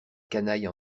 canaille